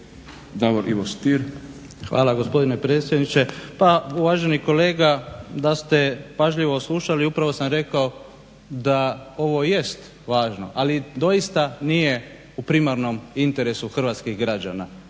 Davor Ivo (HDZ)** Hvala gospodine predsjedniče. Pa uvaženi kolega, da ste pažljivo slušali upravo sam rekao da ovo jest važno, ali doista nije u primarnom interesu hrvatskih građana.